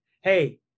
Hey